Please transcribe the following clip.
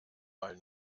mal